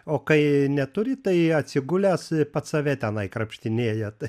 o kai neturi tai atsigulęs pats save tenai krapštinėja tai